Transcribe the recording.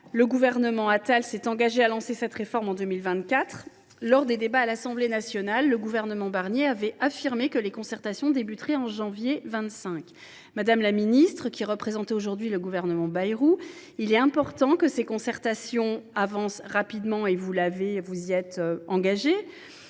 Le gouvernement Attal s’était engagé à lancer cette réforme en 2024. Lors des débats à l’Assemblée nationale, le gouvernement Barnier avait affirmé que les concertations y afférentes débuteraient en janvier 2025. Madame la ministre, vous représentez aujourd’hui le gouvernement Bayrou. Il est indispensable que ces concertations avancent rapidement – vous vous y êtes